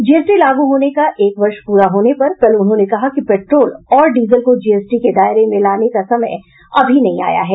GST लागू होने का एक वर्ष पूरा होने पर कल उन्होंने कहा कि पेट्रोल और डीजल को जीएसटी के दायरे में लाने का समय अभी नहीं आया है